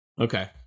Okay